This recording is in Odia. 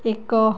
ଏକ